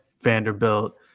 Vanderbilt